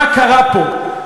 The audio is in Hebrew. מה קרה פה.